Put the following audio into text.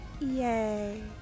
yay